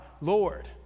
Lord